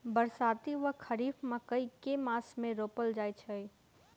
बरसाती वा खरीफ मकई केँ मास मे रोपल जाय छैय?